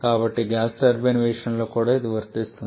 కాబట్టి gas turbine విషయంలో కూడా ఇది వర్తిస్తుంది